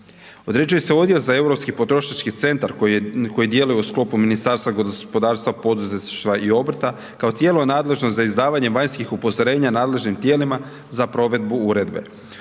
Određuje se Odjel za europski potrošački centar koji djeluje u sklopu Ministarstva gospodarstva, poduzetništva i obrta kao tijelo nadležno za izdavanje vanjskih upozorenja nadležnim tijelima za provedbu uredbe.